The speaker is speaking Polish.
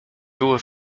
było